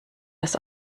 das